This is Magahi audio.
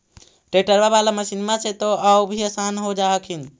ट्रैक्टरबा बाला मसिन्मा से तो औ भी आसन हो जा हखिन?